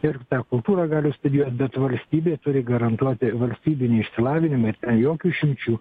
ir tą kultūrą gali studijuot bet valstybė turi garantuoti valstybinį išsilavinimą jokių išimčių